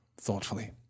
thoughtfully